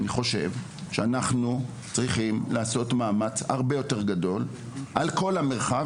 אני חושב שאנחנו צריכים לעשות מאמץ הרבה יותר גדול על כל המרחב,